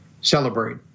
celebrate